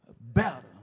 better